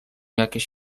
jakieś